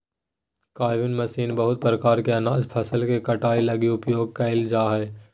combine machine बहुत प्रकार के अनाज फसल के कटाई लगी उपयोग कयल जा हइ